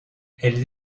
elles